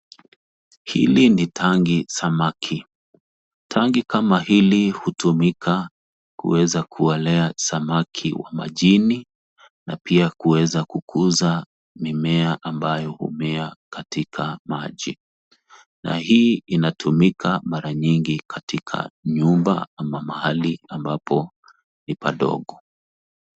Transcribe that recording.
Hili ni tangi samaki. Tangi kama hili hutumika kuweza kuwalea samaki wa majini, na pia kuweza kukuza mimea ambayo humea katika maji. Na hii inatumika mara nyingi katika nyumba ama mahali ambapo ni padogo.